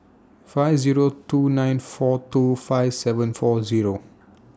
five Zero two nine four two five seven four Zero